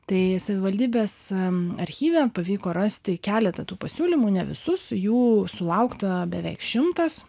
tai savivaldybės archyve pavyko rasti keletą tų pasiūlymų ne visus jų sulaukta beveik šimtas